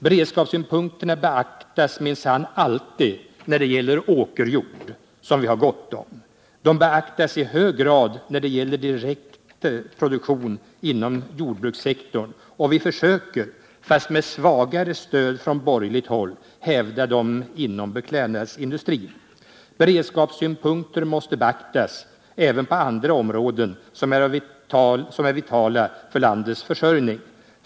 Beredskapssynpunkterna beaktas minsann alltid när det gäller åkerjord, som vi har gott om. De beaktas i hög grad när det gäller direkt produktion inom jordbrukssektorn, och vi försöker, fast med svagare stöd från borgerligt håll, hävda dem inom beklädnadsindustrin. Men beredskapssynpunkter måste beaktas även på andra områden som är vitala för landets försörjning.